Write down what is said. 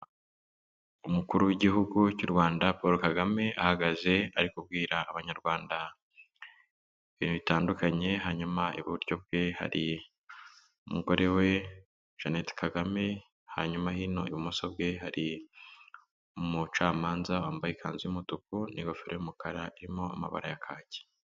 Umukuru w'igihugu cy'u Rwanda Paul Kagame ahagaze ari kubwira Abanyarwanda ibintu bitandukanye, hanyuma iburyo bwe hari umugore we Jeannette Kagame, hanyuma hino ibumoso bwe hari umucamanza wambaye ikanzu y'umutuku n'ingofero y'umukara irimo amabara ya kaki.